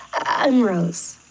i'm rose,